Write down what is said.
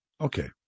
Okay